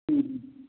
হুম হুম